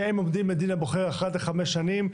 שהם עומדים לדין הבוחר אחת לחמש שנים,